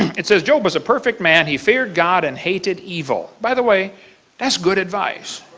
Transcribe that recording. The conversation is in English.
it says job was a perfect man. he feared god and hated evil. by the way that is good advice.